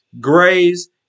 graze